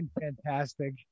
fantastic